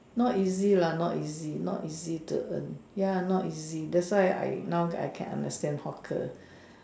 not easy lah not easy not easy to earn ya not easy that's why I now I can understand hawker